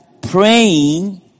praying